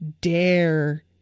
dare